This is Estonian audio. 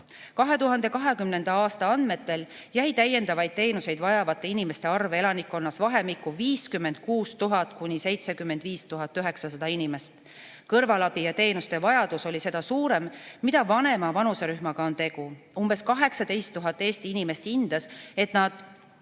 2020. aasta andmetel jäi täiendavaid teenuseid vajavate inimeste arv elanikkonnas vahemikku 56 000 – 75 900 inimest. Kõrvalabi ja teenuste vajadus oli seda suurem, mida vanema vanuserühmaga oli tegu. Umbes 18 000 Eesti inimest hindas, et nad